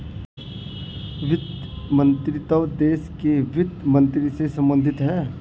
वित्त मंत्रीत्व देश के वित्त मंत्री से संबंधित है